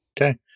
Okay